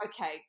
okay